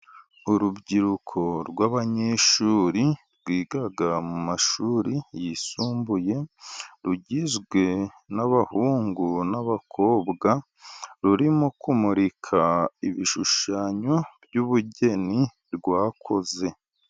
Urubyiruko rw'abanyeshuri rwiga mu mashuri yisumbuye, rugizwe n'abahungu n'abakobwa, rurimo kumurika ibishushanyo by'ubugeni rwakoze.